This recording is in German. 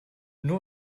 nur